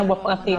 האזרח, בבקשה.